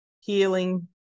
healing